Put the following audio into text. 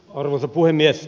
arvoisa puhemies